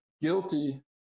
guilty